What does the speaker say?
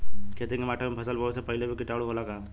खेत के माटी मे फसल बोवे से पहिले भी किटाणु होला का?